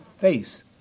face